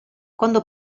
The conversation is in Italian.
quando